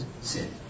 sin